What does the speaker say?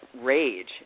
rage